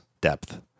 depth